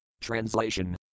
Translation